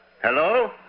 Hello